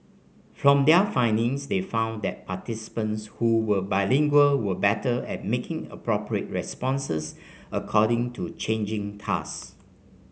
from their findings they found that participants who were bilingual were better at making appropriate responses according to changing task